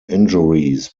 injuries